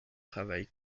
travail